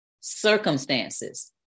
circumstances